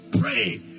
pray